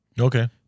Okay